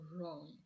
wrong